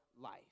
life